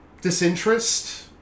disinterest